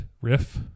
riff